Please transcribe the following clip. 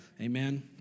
Amen